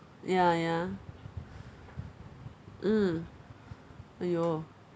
ya ya ah !aiyo!